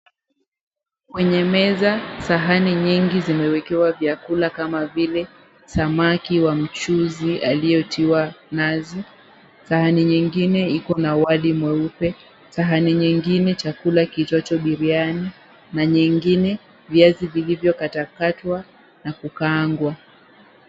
Kwenye meza sahani nyingi zimewekewa vyakula kama vile; samaki wa mchuzi aliyotiwa nazi, sahani nyingine iko na wali mweupe, sahani nyingine chakula kiitwacho biriani ,na nyingine viazi vilivyokatakatwa na kukaangwa.